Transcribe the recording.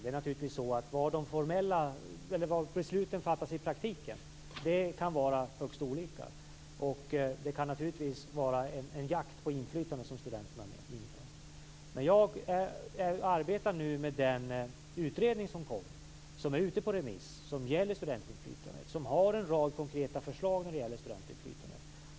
Det kan naturligtvis vara högst olika var de formella besluten fattas i praktiken. Det kan naturligtvis vara en jakt på inflytande som studenterna ställs inför. Jag arbetar nu med den utredning som kommer. Den är ute på remiss. Den gäller studentinflytandet och har en rad konkreta förslag när det gäller detta.